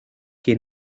que